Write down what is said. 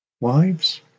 Wives